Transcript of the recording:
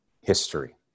history